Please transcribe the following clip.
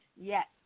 yes